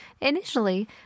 Initially